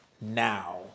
now